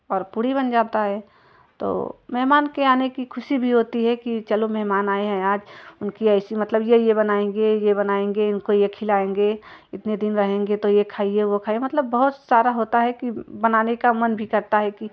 और पूड़ी बन जाता है तो मेहमान के आने की ख़ुशी भी होती है कि चलो मेहमान आए हैं आज उनकी ऐसी मतलब यह यह बनाएँगे यह बनाएँगे उनको यह खिलाएँगे इतने दिन रहेंगे तो यह खाए वह खाए मतलब बहुत सारा होता है कि बनाने का मन भी करता है कि